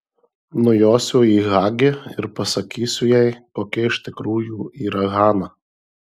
nujosiu į hagi ir pasakysiu jai kokia iš tikrųjų yra hana